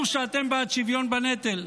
בסופו של יום זה 150%,